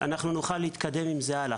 ושנוכל להתקדם איתה.